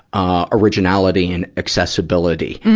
ah, originality and accessibility?